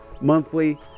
monthly